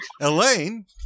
Elaine